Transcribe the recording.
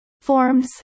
Forms